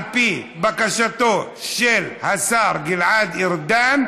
על פי בקשתו של השר גלעד ארדן,